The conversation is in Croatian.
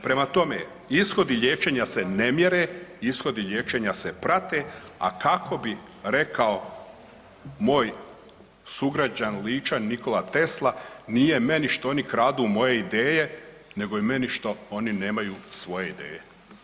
Prema tome, ishodi liječenja se ne mjere, ishodi liječenja se prate, a kako bi rekao moj sugrađanin Ličanin, Nikola Tesla, nije meni što oni kradu moje ideje nego je meni što oni nemaju svoje ideje.